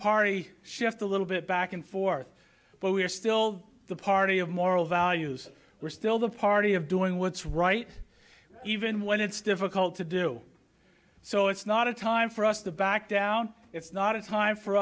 party shift a little bit back and forth but we are still the party of moral values we're still the party of doing what's right even when it's difficult to do so it's not a time for us to back down it's not a time for